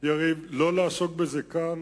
יריב לוין, לא לעסוק בזה כאן.